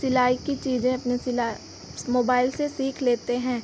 सिलाई की चीज़ें अपनी सिलाई मोबाइल से सीख लेते हैं